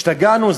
השתגענו?